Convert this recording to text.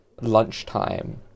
lunchtime